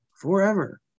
forever